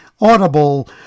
Audible